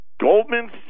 Goldman